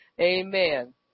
Amen